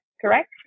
correct